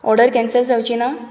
order cancel जावची ना